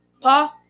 paul